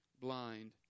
blind